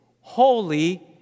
holy